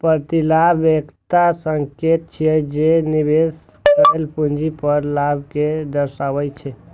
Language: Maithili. प्रतिलाभ एकटा संकेतक छियै, जे निवेश कैल पूंजी पर लाभ कें दर्शाबै छै